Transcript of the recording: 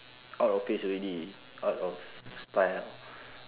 out of phase already out of style